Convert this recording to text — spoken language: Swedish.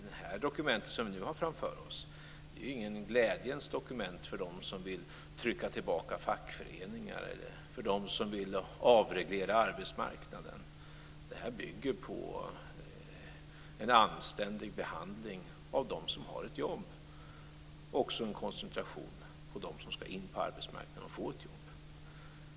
Det dokument vi nu har framför oss är inget glädjens dokument för dem som vill trycka tillbaka fackföreningar eller avreglera arbetsmarknaden. Det bygger på en anständig behandling av dem som har ett jobb och en koncentration på dem som skall in på arbetsmarknaden och få ett jobb.